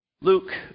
Luke